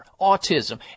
autism